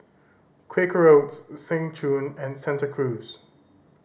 Quaker Oats Seng Choon and Santa Cruz